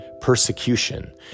persecution